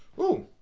uhm.